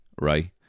right